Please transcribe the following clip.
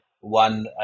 one